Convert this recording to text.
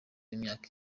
imyaka